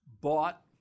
bought